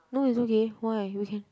no it's okay why we can